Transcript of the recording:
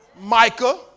Micah